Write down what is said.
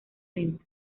lento